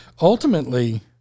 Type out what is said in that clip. ultimately